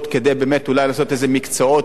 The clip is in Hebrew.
כדי באמת אולי לקבוע איזה מקצועות,